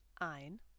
ein